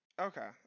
Okay